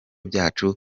byacu